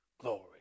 glory